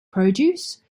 produce